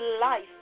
life